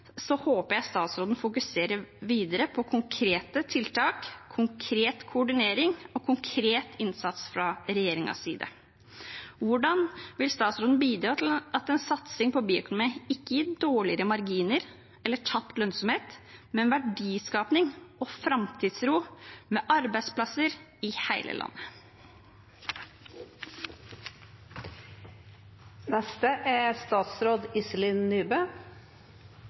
håper jeg statsråden fokuserer videre på konkrete tiltak, konkret koordinering og konkret innsats fra regjeringens side. Hvordan vil statsråden bidra til at en satsing på bioøkonomi ikke gir dårligere marginer eller tapt lønnsomhet, men verdiskaping og framtidstro, med arbeidsplasser i hele